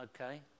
Okay